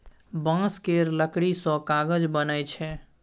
बांस केर लकड़ी सँ कागज बनइ छै